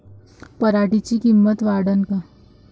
पराटीची किंमत वाढन का?